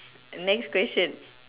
next question